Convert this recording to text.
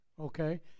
okay